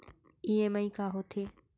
EMI का होथे?